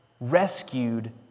rescued